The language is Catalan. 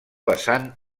vessant